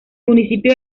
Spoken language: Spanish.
municipio